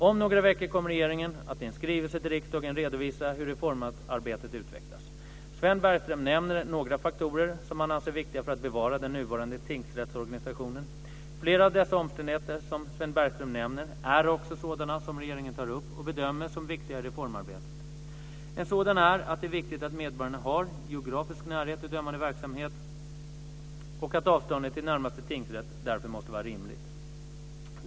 Om några veckor kommer regeringen att i en skrivelse till riksdagen redovisa hur reformarbetet utvecklas. Sven Bergström nämner några faktorer som han anser viktiga för att bevara den nuvarande tingsrättsorganisationen. Flera av dessa omständigheter som Sven Bergström nämner är också sådana som regeringen tar upp och bedömer som viktiga i reformarbetet. En sådan är att det är viktigt att medborgarna har geografisk närhet till dömande verksamhet och att avståndet till närmaste tingsrätt därför måste vara rimligt.